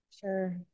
Sure